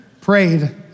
prayed